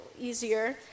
easier